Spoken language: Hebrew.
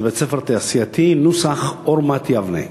זה בית-הספר התעשייתי נוסח "אורמת" יבנה,